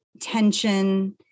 tension